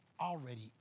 already